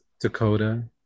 Dakota